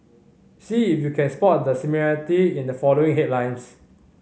see if you can spot the similarity in the following headlines